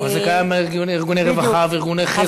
זה קיים בארגוני רווחה וארגוני חסד.